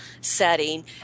setting